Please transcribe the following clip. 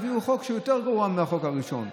הביאו חוק שהוא יותר גרוע מהחוק הראשון,